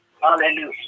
Hallelujah